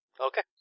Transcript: Okay